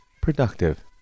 productive